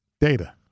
data